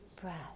breath